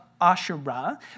Asherah